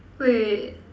wait